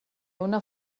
una